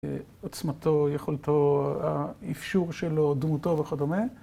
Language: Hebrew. ‫עוצמתו, יכולתו, ‫האפשור שלו, דמותו וכדומה.